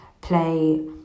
Play